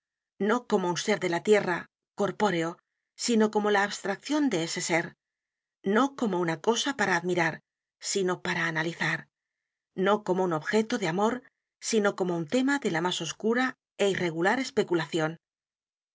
no como un ser de la tierra corpóreo sino como la abstracción de ese ser no como una cosa para admirar sino p a r a analizar no como un objeto de amor sino como un tema de la más oscura é irregular